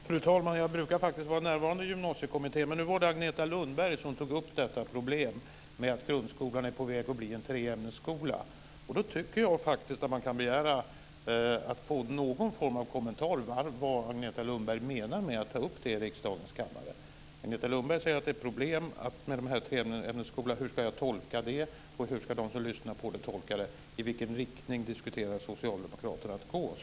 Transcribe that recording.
Fru talman! Jag brukar vara närvarande i Gymnasiekommittén. Det var Agneta Lundberg som tog upp detta problem med att grundskolan är på väg att bli en treämnesskola. Då tycker jag att man kan begära att få någon form av kommentar om vad Agneta Lundberg menar med att ta upp det i riksdagens kammare. Agneta Lundberg säger att det är problem med treämnesskolan. Hur ska jag tolka det? Hur ska de som lyssnar tolka det? I vilken riktning diskuterar Socialdemokraterna att man ska gå?